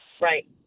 right